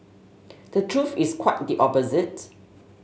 the truth is quite the opposite